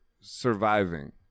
surviving